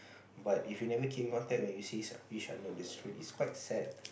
but if you never keep in contact when you sees a each other on the street it's quite sad